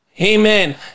Amen